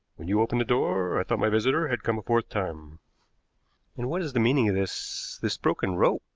when you opened the door, i thought my visitor had come a fourth time. and what is the meaning of this this broken rope?